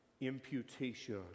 imputation